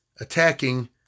attacking